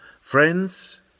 Friends